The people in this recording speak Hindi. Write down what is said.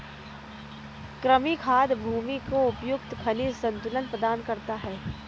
कृमि खाद भूमि को उपयुक्त खनिज संतुलन प्रदान करता है